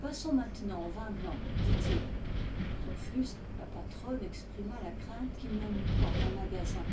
passons maintenant au vin blanc dit-il confuse la patronne exprima la crainte qu'il n'y en eût pas en magasin